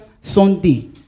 Sunday